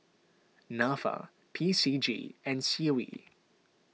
Nafa P C G and C O E